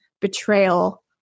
betrayal